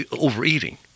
overeating